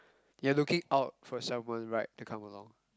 you are looking out for someone right to come along